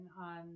on